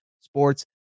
sports